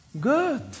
Good